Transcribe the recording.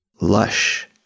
lush